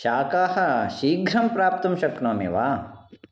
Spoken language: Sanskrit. शाकाः शीघ्रं प्राप्तुं शक्नोमि वा